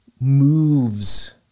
moves